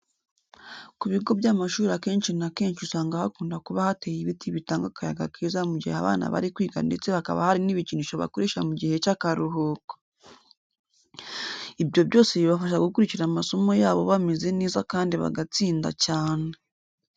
Ku bigo by'amashuri akenshi na kenshi usanga hakunda kuba hateye ibiti bitanga akayaga keza mu gihe abana bari kwiga ndetse hakaba hari n'ibikinisho bakoresha mu gihe cy'akaruhuko. Ibyo byose bibafasha gukurikira amasomo yabo bameze neza kandi bagatsinda cyane.